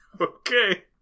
Okay